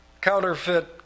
counterfeit